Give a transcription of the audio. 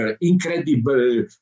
incredible